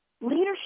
leadership